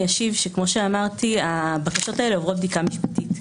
כמו שאמרתי, הבקשות האלה עוברות בדיקה משפטית.